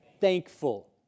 thankful